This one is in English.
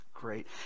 great